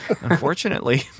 Unfortunately